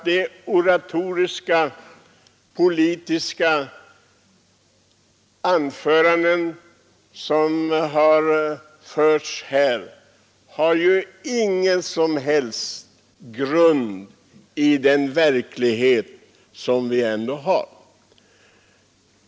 De oratoriska politiska anföranden som har hållits här har nämligen ingen som helst grund i den verklighet som vi ändå lever i.